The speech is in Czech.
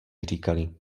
říkali